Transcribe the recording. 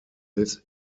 this